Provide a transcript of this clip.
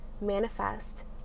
manifest